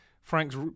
Frank's